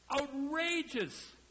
Outrageous